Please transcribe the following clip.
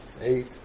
eight